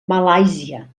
malàisia